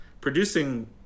producing